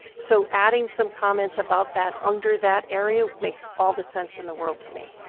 so adding some comments about that under that area makes all the sense in the world to me.